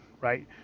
Right